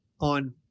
on